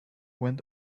went